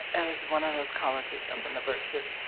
it was one of those colleges up in the berkshires.